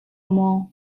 maw